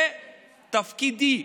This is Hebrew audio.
זה תפקידי,